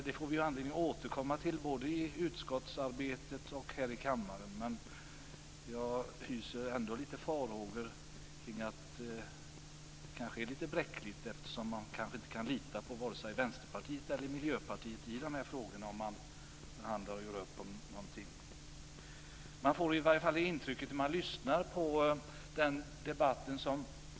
Den får vi anledning att återkomma till både i utskottsarbetet och här i kammaren, men jag hyser ändå farhågor för att man kanske inte kan lita på vare sig Vänsterpartiet eller Miljöpartiet när man gör upp om någonting i de här frågorna.